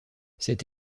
cet